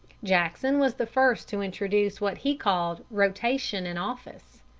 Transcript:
jackson was the first to introduce what he called rotation in office.